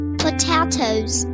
potatoes